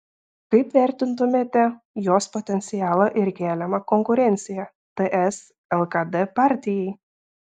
kaip vertintumėte jos potencialą ir keliamą konkurenciją ts lkd partijai